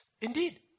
Indeed